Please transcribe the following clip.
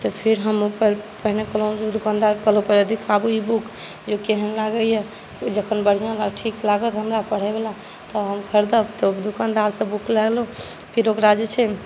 तऽ फेर हम अपन पहिने कहलहुँ जे दोकानदारकेँ पहिले दिखाबू ई बुक जे केहन लागैए जखन बढ़िआँ ठीक लागल हमरा पढ़यवला तऽ हम खरीदब तऽ दुकानदारसँ बुक लए लेलहुँ फेर ओकरा जे छै